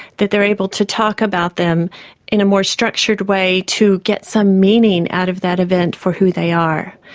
that they are able to talk about them in a more structured way to get some meaning out of that event for who they are.